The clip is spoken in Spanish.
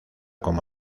como